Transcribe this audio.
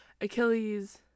Achilles